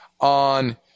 on